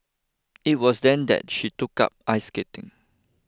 it was then that she took up ice skating